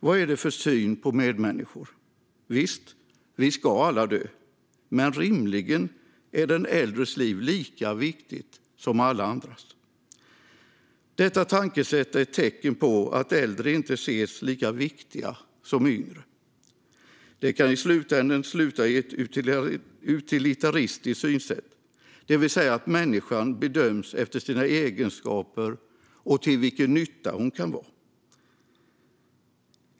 Vad är det för syn på medmänniskor? Visst, vi ska alla dö, men rimligen är den äldres liv lika viktigt som alla andras. Detta tankesätt är ett tecken på att äldre inte ses som lika viktiga som de yngre. Det kan i slutändan sluta i ett utilitaristiskt synsätt, det vill säga att människan bedöms efter sina egenskaper och till vilken nytta hon kan vara.